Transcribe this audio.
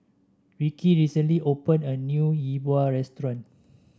Rikki recently opened a new Yi Bua Restaurant